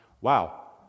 wow